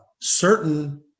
certain